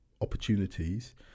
opportunities